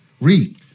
Read